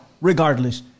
regardless